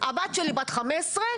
הבת שלי בת 15,